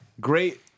Great